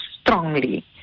strongly